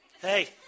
hey